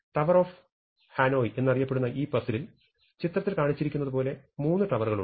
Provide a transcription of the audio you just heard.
tower of Hanoi എന്നറിയപ്പെടുന്ന ഈ പസിലിൽ ചിത്രത്തിൽ കാണിച്ചിരിക്കുന്നതുപോലെ 3 ടവറുകളുണ്ട്